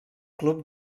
club